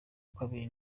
kabiri